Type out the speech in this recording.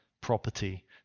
property